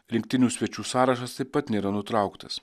rinktinių svečių sąrašas taip pat nėra nutrauktas